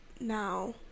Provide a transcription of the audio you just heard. now